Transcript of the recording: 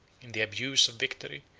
in the abuse of victory,